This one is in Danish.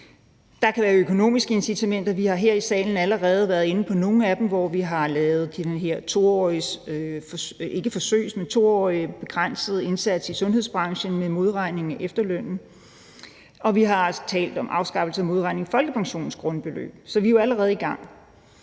Der kan også være økonomiske incitamenter. Vi har her i salen allerede været inde på nogle af dem, bl.a. den her 2-årige begrænsede indsats i sundhedsbranchen med modregning af efterlønnen, og vi har talt om afskaffelse af modregning i folkepensionens grundbeløb. Så vi er jo allerede i gang.